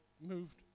moved